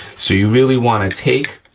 so, you really wanna take